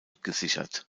gesichert